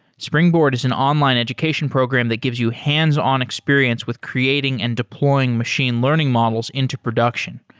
springboard is an online education program that gives you hands-on experience with creating and deploying machine learning models into production,